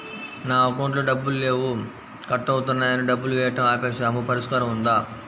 నా అకౌంట్లో డబ్బులు లేవు కట్ అవుతున్నాయని డబ్బులు వేయటం ఆపేసాము పరిష్కారం ఉందా?